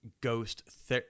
ghost